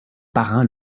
parrain